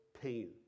pain